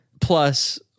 plus